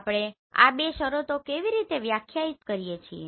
આપણે આ બે શરતો કેવી રીતે વ્યાખ્યાયિત કરીએ છીએ